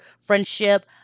friendship